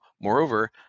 moreover